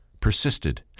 persisted